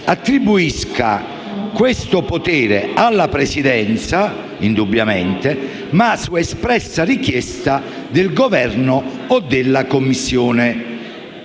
attribuisca questo potere alla Presidenza, indubbiamente, ma su espressa richiesta del Governo o della Commissione.